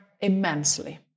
immensely